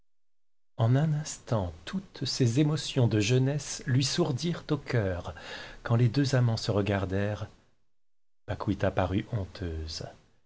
en un instant toutes ses émotions de jeunesse lui sourdirent au cœur quand les deux amants se regardèrent paquita parut honteuse